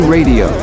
Radio